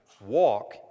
walk